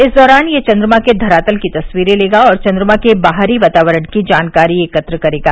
इस दौरान यह चन्द्रमा के धरातल की तस्वीरें लेगा और चन्द्रमा के बाहरी वातावरण की जानकारी एकत्र करेगा